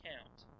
count